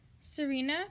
Serena